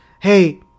hey